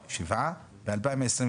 שבעה, ב-2022